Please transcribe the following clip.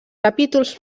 capítols